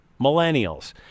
millennials